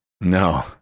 No